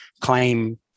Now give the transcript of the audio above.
claim